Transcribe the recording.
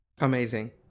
Amazing